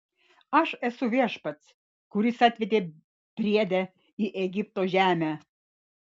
aš esu viešpats kuris atvedė briedę į egipto žemę